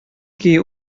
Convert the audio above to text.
көе